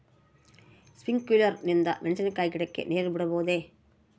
Sprinkler ನಿಂದ ಮೆಣಸಿನಕಾಯಿ ಗಿಡಕ್ಕೆ ನೇರು ಬಿಡಬಹುದೆ?